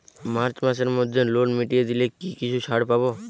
March মাসের মধ্যে loan মিটিয়ে দিলে কি কিছু ছাড় পাব?